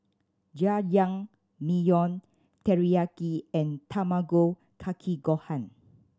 Jajangmyeon Teriyaki and Tamago Kake Gohan